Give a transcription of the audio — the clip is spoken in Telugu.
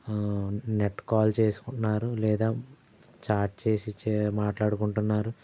ఆ నెట్ కాల్ చేసుకున్నారు లేదా చాట్ చేసి మాట్లాడుకుంటున్నారు